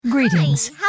Greetings